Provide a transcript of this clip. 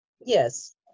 Yes